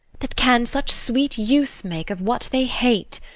that can such sweet use make of what they hate,